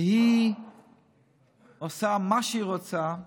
והיא עושה מה שהיא רוצה,